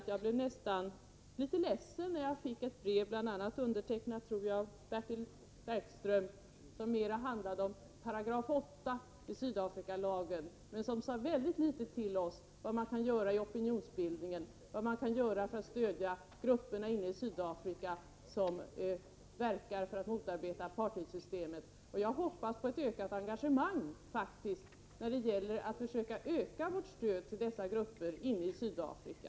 Jag blev nästan litet ledsen när jag fick ett brev, undertecknat av bl.a. Bertil Werkström, som handlade mycket om 8§ i Sydafrikalagen men som sade väldigt litet till oss om vad man kan göra i opinionsbildningen, vad man kan göra för att stödja grupperna inne i Sydafrika som verkar för att motarbeta apartheidsystemet. Jag hoppas faktiskt på ett ökat engagemang när det gäller att försöka öka vårt stöd till dessa grupper inne i Sydafrika.